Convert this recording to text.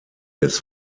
des